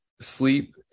sleep